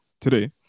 today